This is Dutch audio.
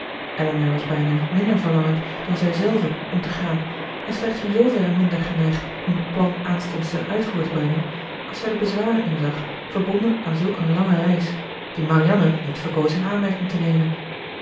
elinor was bijna niet minder verlangend dan zijzelve om te gaan en slechts in zooverre minder geneigd om het plan aanstonds ten uitvoer te brengen als zij de bezwaren inzag verbonden aan zulk een lange reis die marianne niet verkoos in aanmerking te nemen